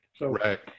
Right